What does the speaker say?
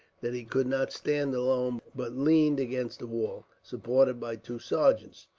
that he could not stand alone, but leaned against a wall, supported by two sergeants.